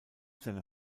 seiner